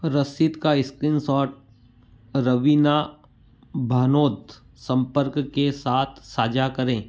रसीद का इस्क्रीनसॉट रवीना भानोद संपर्क के साथ साझा करें